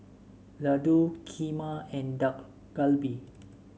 Ladoo Kheema and Dak Galbi